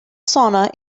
sauna